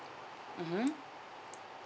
mmhmm